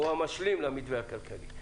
הוא המשלים למתווה הכלכלי.